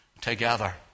together